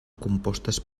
compostes